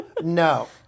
no